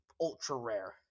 ultra-rare